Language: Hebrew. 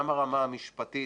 גם ברמה המשפטית,